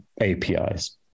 APIs